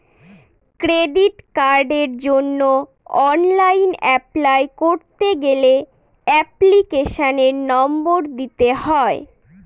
credit কার্ডের জন্য online apply করতে গেলে এপ্লিকেশনের নম্বর দিতে হয়